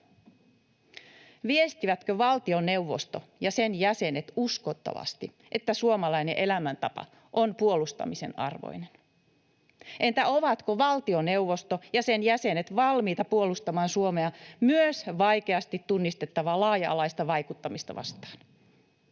viestivätkö valtioneuvosto ja sen jäsenet uskottavasti, että suomalainen elämäntapa on puolustamisen arvoinen? Entä ovatko valtioneuvosto ja sen jäsenet valmiita puolustamaan Suomea myös vaikeasti tunnistettavaa laaja-alaista vaikuttamista vastaan,